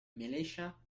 militia